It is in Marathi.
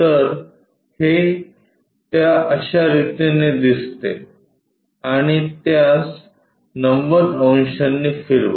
तर हे त्या अश्या रितीने दिसते आणि त्यास 90 अंशांनी फिरवा